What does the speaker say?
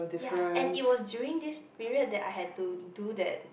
ya and it was during this period that I had to do that